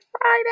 Friday